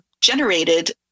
generated